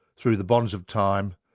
through the bonds of time,